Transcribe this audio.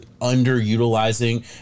underutilizing